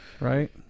Right